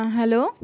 hello